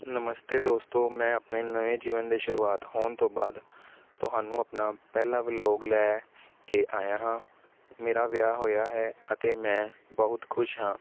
ਨਮਸਤੇ ਦੋਸਤੋ ਮੈਂ ਆਪਣੇ ਨਵੇਂ ਜੀਵਨ ਦੇ ਸ਼ੁਰੂਆਤ ਹੋਣ ਤੋਂ ਬਾਅਦ ਤੁਹਾਨੂੰ ਆਪਣਾ ਪਹਿਲਾ ਵਲੋਗ ਲੈ ਕੇ ਆਇਆ ਹਾਂ ਮੇਰਾ ਵਿਆਹ ਹੋਇਆ ਹੈ ਅਤੇ ਮੈਂ ਬਹੁਤ ਖੁਸ਼ ਹਾਂ